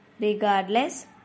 regardless